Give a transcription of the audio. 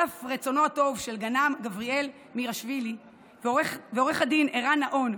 על אף רצונם הטוב של גנ"מ גבריאל מירילשוילי ועו"ד ערן נהון,